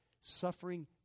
Suffering